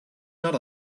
not